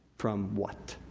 from what,